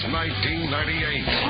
1998